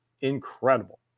incredible